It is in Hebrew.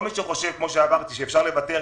כמו שחושב כפי שאמרתי שאפשר לוותר,